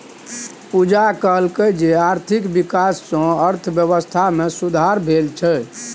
पूजा कहलकै जे आर्थिक बिकास सँ अर्थबेबस्था मे सुधार भेल छै